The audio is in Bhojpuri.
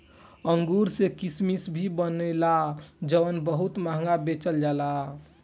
अंगूर से किसमिश भी बनेला जवन बहुत महंगा बेचल जाला